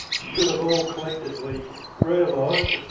should have all collectively realised,